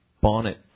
bonnet